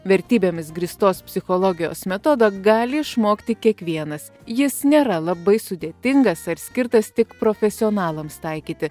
vertybėmis grįstos psichologijos metodą gali išmokti kiekvienas jis nėra labai sudėtingas ar skirtas tik profesionalams taikyti